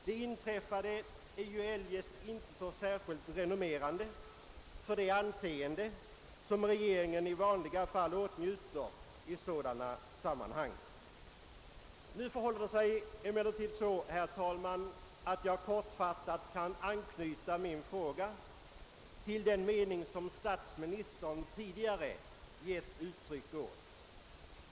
Det inträffade är ju eljest inte så särskilt renommerande för regeringen, som i vanliga fall åtnjuter anseende i sådana sammanhang. Nu förhåller det sig emellertid så, herr talman, att jag kortfattat kan anknyta min fråga till den mening som statsministern tidigare gett uttryck åt.